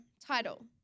title